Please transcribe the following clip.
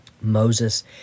Moses